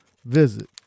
visit